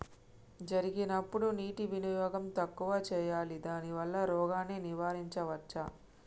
జరిగినప్పుడు నీటి వినియోగం తక్కువ చేయాలి దానివల్ల రోగాన్ని నివారించవచ్చా?